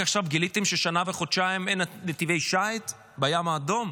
רק עכשיו גיליתם ששנה וחודשיים אין נתיבי שיט בים האדום?